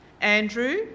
Andrew